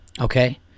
okay